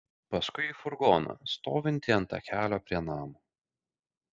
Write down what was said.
paskui į furgoną stovintį ant takelio prie namo